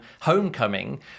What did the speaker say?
homecoming